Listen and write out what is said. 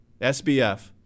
SBF